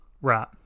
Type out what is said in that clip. Right